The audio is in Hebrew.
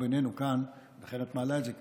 בינינו כאן, לכן את מעלה את זה כאן.